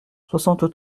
soixante